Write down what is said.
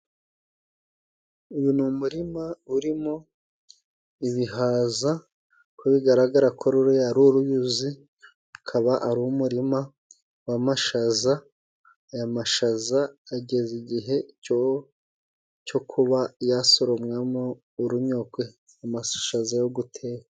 Uyu ni umurima urimo ibihaza. Uko bigaragara ko ruriya ari uruyuzi, akaba ari umurima w'amashaza. Aya mashaza ageze igihe cyo kuba yasoromwamo urunyogwe amashaza yo guteka.